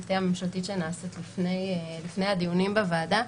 המטה הממשלתית שנעשית לפני הדיונים בוועדה.